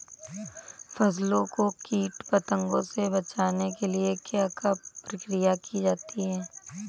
फसलों को कीट पतंगों से बचाने के लिए क्या क्या प्रकिर्या की जाती है?